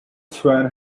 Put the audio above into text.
swan